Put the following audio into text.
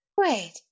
Wait